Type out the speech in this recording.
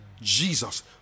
Jesus